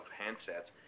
handsets